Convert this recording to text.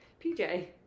pj